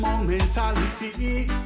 mentality